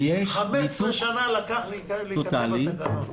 15 שנים לקח להיכנס בתקנון.